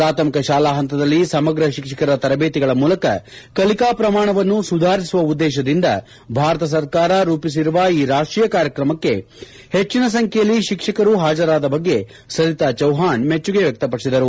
ಪ್ರಾಥಮಿಕ ಶಾಲಾ ಹಂತದಲ್ಲಿ ಸಮಗ್ರ ಶಿಕ್ಷಕರ ತರಬೇತಿಗಳ ಮೂಲಕ ಕಲಿಕಾ ಪ್ರಮಾಣವನ್ನು ಸುಧಾರಿಸುವ ಉದ್ದೇಶದಿಂ ಭಾರತ ಸರ್ಕಾರ ರೂಪಿಸಿರುವ ಈ ರಾಷ್ಟೀಯ ಕಾರ್ಯಕ್ರಮಕ್ಕೆ ಹೆಚ್ಚಿನ ಸಂಖ್ಯೆಯಲ್ಲಿ ಶಿಕ್ಷಕರು ಹಾಜರಾದ ಬಗ್ಗೆ ಸರಿತಾ ಚೌಹಾಣ್ ಮೆಚ್ಚುಗೆ ವ್ಯಕ್ತಪಡಿಸಿದರು